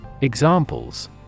Examples